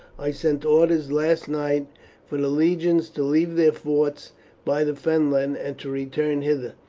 i sent orders last night for the legions to leave their forts by the fenland and to return hither,